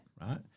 Right